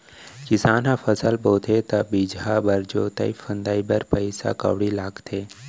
किसान ह फसल बोथे त बीजहा बर, जोतई फंदई बर पइसा कउड़ी लगाथे